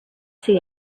see